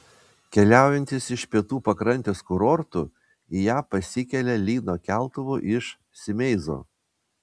keliaujantys iš pietų pakrantės kurortų į ją pasikelia lyno keltuvu iš simeizo